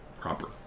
proper